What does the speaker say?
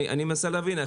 אני מנסה להבין.